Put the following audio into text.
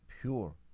pure